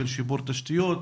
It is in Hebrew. של שיפור תשתיות,